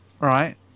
Right